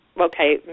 Okay